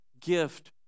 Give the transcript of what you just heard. gift